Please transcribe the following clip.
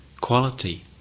quality